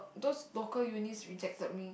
those local Unis rejected me